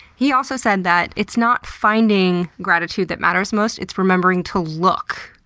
he also said that it's not finding gratitude that matters most. it's remembering to look.